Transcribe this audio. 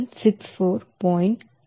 3 kilocalorie